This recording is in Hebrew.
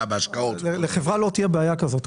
בהשקעות --- לחברה לא תהיה בעיה כזו,